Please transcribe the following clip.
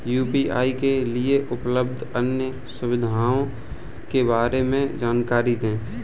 UPI के लिए उपलब्ध अन्य सुविधाओं के बारे में जानकारी दें?